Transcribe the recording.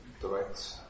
direct